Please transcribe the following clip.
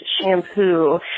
shampoo